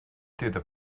through